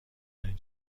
دارین